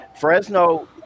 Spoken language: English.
Fresno